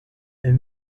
est